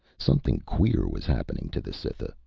something queer was happening to the cytha.